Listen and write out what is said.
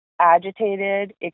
agitated